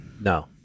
No